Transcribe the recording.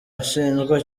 ashinjwa